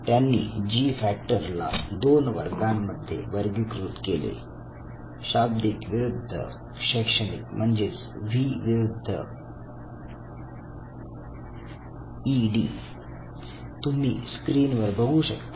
त्यांनी जी फॅक्टरला 2 वर्गांमध्ये वर्गीकृत केले शाब्दिक विरुद्ध शैक्षणिक म्हणजेच व्ही विरुद्ध तुम्ही स्क्रीन वर बघू शकता